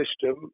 system